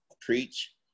preach